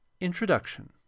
Introduction